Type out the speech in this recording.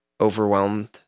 overwhelmed